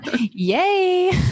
Yay